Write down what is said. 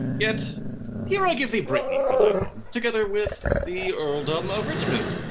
yet here i give thee brittany for thine own, together with the earldom of richmond,